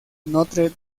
notre